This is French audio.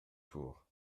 tour